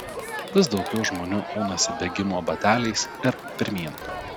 vis daugiau žmonių aunasi bėgimo bateliais ir pirmyn